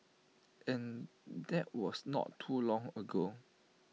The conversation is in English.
and that was not too long ago